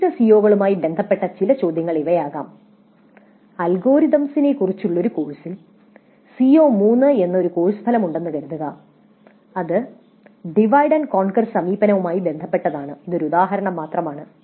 നിർദ്ദിഷ്ട സിഒകളുമായി ബന്ധപ്പെട്ട ചില ചോദ്യങ്ങൾ ഇവയാകാം അൽഗോരിതംസിനെക്കുറിച്ചുള്ള ഒരു കോഴ്സിൽ CO3 എന്ന ഒരു കോഴ്സ് ഫലമുണ്ടെന്ന് കരുതുക അത് ഡിവൈഡ് ആൻഡ് കോൺക്വർ സമീപനവുമായി ബന്ധപ്പെട്ടതാണ് ഇത് ഒരു ഉദാഹരണം മാത്രമാണ്